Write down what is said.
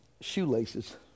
Shoelaces